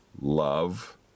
love